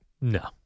No